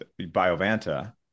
Biovanta